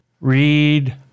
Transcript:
read